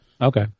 Okay